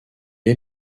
est